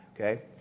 Okay